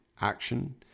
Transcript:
action